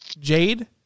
Jade